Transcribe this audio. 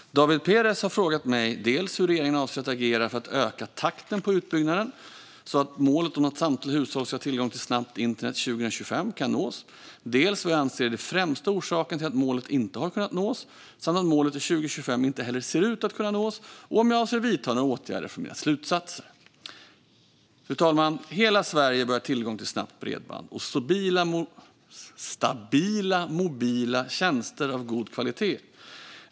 Fru talman! David Perez har frågat mig dels hur regeringen avser att agera för att öka takten på utbyggnaden så att målet om att samtliga hushåll ska ha tillgång till snabbt internet till 2025 kan nås, dels vad jag anser är de främsta orsakerna till att målet inte har kunnat nås samt att målet till 2025 inte heller ser ut att kunna nås. Han har också frågat mig om jag avser att vidta några åtgärder utifrån mina slutsatser. Fru talman! Hela Sverige bör ha tillgång till snabbt bredband och stabila mobila tjänster av god kvalitet.